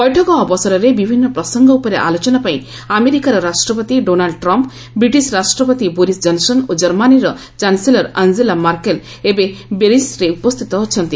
ବୈଠକ ଅବସରରେ ବିଭିନ୍ନ ପ୍ରସଙ୍ଗ ଉପରେ ଆଲୋଚନା ପାଇଁ ଆମେରିକାର ରାଷ୍ଟ୍ରପତି ଡୋନାଲ୍ଡ ଟ୍ରମ୍ପ୍ ବ୍ରିଟିଶ ରାଷ୍ଟ୍ରପତି ବୋରିସ୍ ଜନ୍ସନ୍ ଓ କର୍ମାନୀର ଚାନ୍ସସେଲର ଆଞ୍ଜେଲା ମାର୍କେଲ ଏବେ ବେରିକ୍ରେ ଉପସ୍ଥିତ ଅଛନ୍ତି